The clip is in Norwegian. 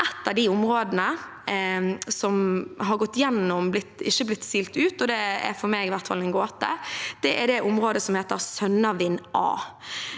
Et av områdene som har gått igjennom, og som ikke har blitt silt ut – det er for meg en gåte – er det området som heter Sønnavind A.